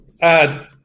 add